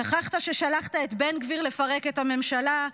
שכחת ששלחת את בן גביר לפרק את הממשלה,